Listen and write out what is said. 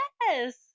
Yes